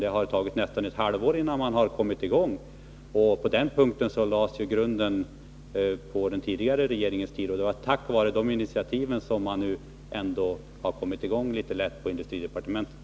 Det har tagit nästan ett halvår innan man har kommit i gång. På den punkten lades grunden på den tidigare regeringens tid. Det är tack vare de initiativen som man nu ändå har kommit i gång litet lätt i industridepartementet.